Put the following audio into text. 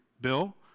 Bill